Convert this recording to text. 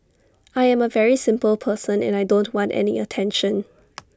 I am A very simple person and I don't want any attention